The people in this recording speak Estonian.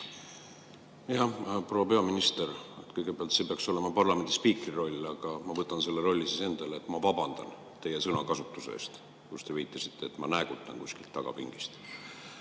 … Proua peaminister! Kõigepealt – see peaks olema parlamendi spiikri roll, aga ma võtan selle rolli siis enda peale –, ma vabandan teie sõnakasutuse pärast, kui te viitasite, nagu ma näägutaksin kuskilt tagapingist.